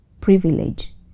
privilege